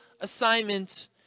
assignment